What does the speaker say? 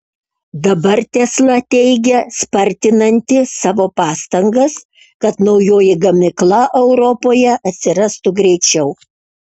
dabar tesla teigia spartinanti savo pastangas kad naujoji gamykla europoje atsirastų greičiau